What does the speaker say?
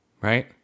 Right